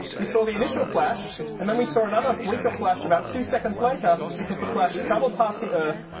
we saw the initial flash and then we saw another weaker flash about two seconds later because the flash travelled past the earth,